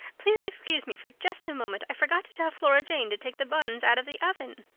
please excuse me for just a moment. i forgot to tell flora jane to take the buns out of the oven.